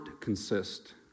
consist